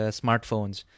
smartphones